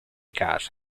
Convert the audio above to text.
case